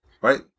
Right